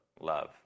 Love